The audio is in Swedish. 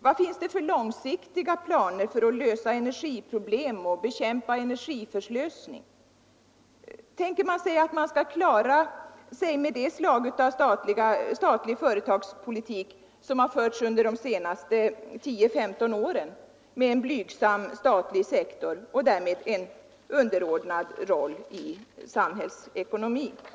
Vad finns det för långsiktiga planer för att lösa energiproblem och bekämpa energiförslösning? Utgår man från att man skall klara sig med det slag av statlig företagspolitik som har förts under de senaste 10—15 åren, med en blygsam statlig sektor och därmed en underordnad roll i samhällsekonomin?